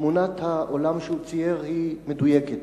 תמונת העולם שהוא צייר היא מדויקת.